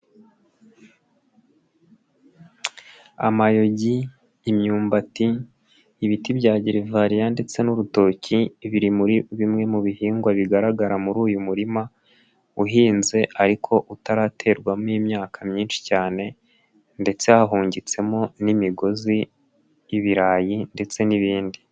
Amayogi, myumbati, ibiti bya Gereveriya ndetse n'urutoki biri muri bimwe mu bihingwa bigaragara muri uyu murima, uhinze ariko utaraterwamo imyaka myinshi cyane ndetse hahungitsemo n'imigozi y'ibirayi ndetse n'ibindi.